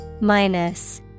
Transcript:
Minus